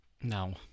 No